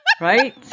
Right